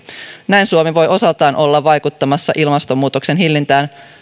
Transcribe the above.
näin suomi voi osaltaan olla vaikuttamassa ilmastonmuutoksen hillintään